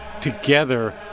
together